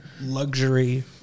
luxury